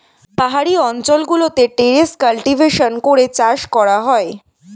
পাহাড়ি অঞ্চল গুলোতে টেরেস কাল্টিভেশন করে চাষ করা হয়